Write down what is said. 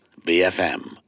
BFM